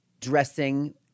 dressing –